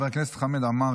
חבר הכנסת חמד עמאר,